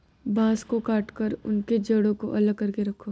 बांस को काटकर उनके जड़ों को अलग करके रखो